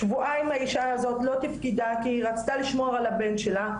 שבועיים האישה הזאת לא תפקדה כי היא רצתה לשמור על הבן שלה.